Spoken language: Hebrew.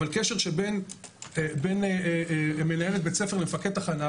אבל קשר שבין מנהלת בית-ספר למפקד תחנה,